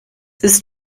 ist